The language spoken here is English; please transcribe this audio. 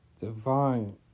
divine